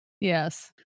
Yes